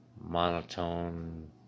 Monotone